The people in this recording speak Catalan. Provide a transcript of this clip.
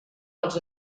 dels